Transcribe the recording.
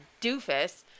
doofus